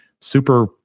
super